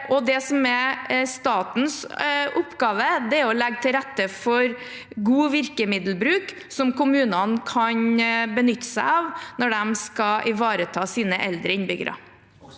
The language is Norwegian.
statens oppgave, er å legge til rette for god virkemiddelbruk, som kommunene kan benytte seg av når de skal ivareta sine eldre innbyggere.